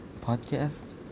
Podcast